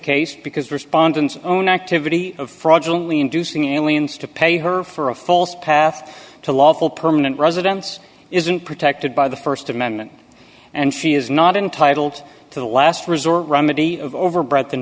case because respondents own activity of fraudulent inducing aliens to pay her for a false path to lawful permanent residence isn't protected by the st amendment and she is not entitled to the last resort remedy of overbred than